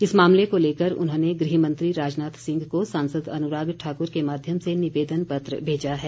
इस मामले को लेकर उन्होंने गृहमंत्री राजनाथ सिंह को सांसद अनुराग ठाकुर के माध्यम से निवेदन पत्र भेजा है